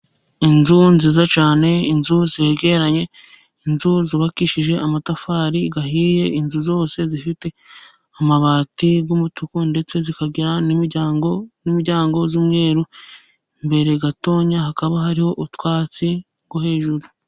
Inzu nziza cyane, inzu zegeranye inzu zubakishije amatafari ahiye, inzu zose zifite amabati y'umutuku, ndetse zikagira n'imiryango n'imiryango y'umweru, imbere gatoya hakaba hariho utwatsi two hejuru.